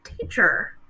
teacher